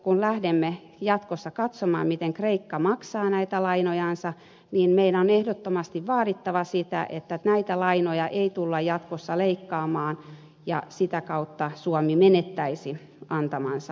kun lähdemme jatkossa katsomaan miten kreikka maksaa näitä lainojansa meidän on ehdottomasti vaadittava sitä että näitä lainoja ei tulla jatkossa leikkaamaan ja sitä kautta suomi menettäisi antamansa rahat